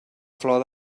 flor